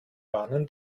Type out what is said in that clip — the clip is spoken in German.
warnen